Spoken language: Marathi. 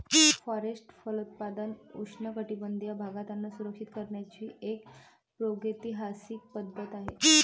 फॉरेस्ट फलोत्पादन उष्णकटिबंधीय भागात अन्न सुरक्षित करण्याची एक प्रागैतिहासिक पद्धत आहे